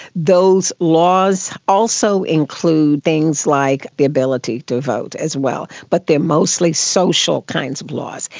those laws also includes things like the ability to vote as well, but they are mostly social kinds of laws.